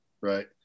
right